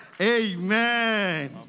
Amen